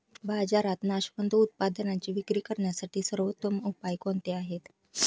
बाजारात नाशवंत उत्पादनांची विक्री करण्यासाठी सर्वोत्तम उपाय कोणते आहेत?